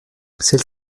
celle